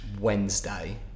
Wednesday